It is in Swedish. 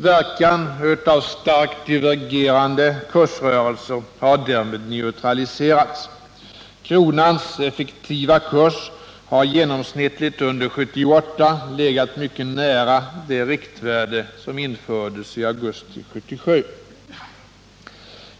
Verkan av starkt divergerande kursrörelser har därmed neutraliserats. Kronans effektiva kurs har genomsnittligt under 1978 legat mycket nära det riktvärde som infördes i augusti 1977.